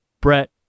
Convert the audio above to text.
Brett